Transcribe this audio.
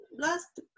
last